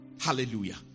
Hallelujah